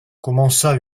commença